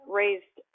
raised